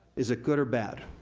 is it good or bad?